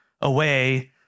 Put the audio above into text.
away